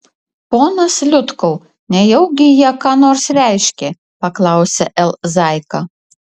ponas liutkau nejaugi jie ką nors reiškia paklausė l zaika